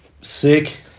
sick